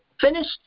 finished